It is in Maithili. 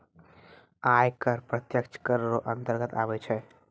आय कर प्रत्यक्ष कर रो अंतर्गत आबै छै